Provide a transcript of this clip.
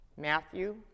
Matthew